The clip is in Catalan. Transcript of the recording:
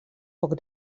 poc